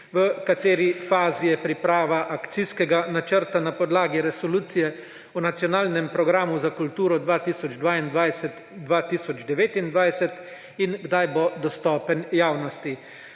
V kateri fazi je priprava akcijskega načrta na podlagi Resolucije o nacionalnem programu za kulturo 2022–2029? Kdaj bo dostopen javnosti?